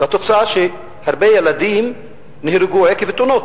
התוצאה היא שהרבה ילדים נהרגו עקב תאונות.